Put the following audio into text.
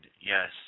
yes